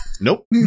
Nope